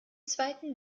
zweiten